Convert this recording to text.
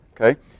okay